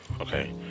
okay